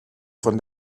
von